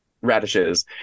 radishes